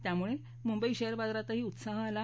त्यामुळे मुंबई शेअर बाजारातही उत्साह आला